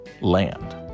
land